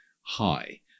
high